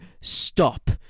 stop